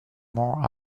more